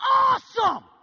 awesome